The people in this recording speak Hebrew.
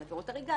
על עבירות הריגה,